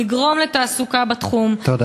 לגרום לתעסוקה בתחום -- תודה.